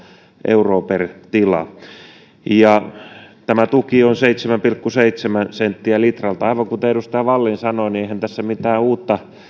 euroa per tila tämä tuki on seitsemän pilkku seitsemän senttiä litralta aivan kuten edustaja wallin sanoi niin eihän tässä mitään uutta